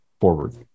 forward